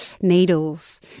Needles